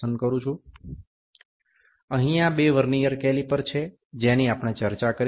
সুতরাং এই দুটি ভার্নিয়ার ক্যালিপার যা নিয়ে আমরা আলোচনা করব